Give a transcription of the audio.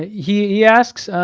he asks,